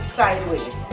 sideways